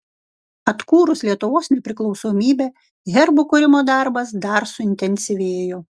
atkūrus lietuvos nepriklausomybę herbų kūrimo darbas dar suintensyvėjo